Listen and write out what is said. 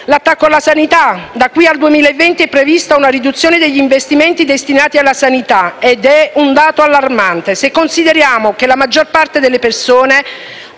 l'attacco alla sanità. Da qui al 2020 è prevista una riduzione degli investimenti destinati alla sanità ed è un dato allarmante, se consideriamo che la maggior parte delle persone